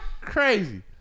Crazy